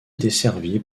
desservie